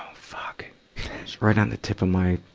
fuck! it's right on the tip of my,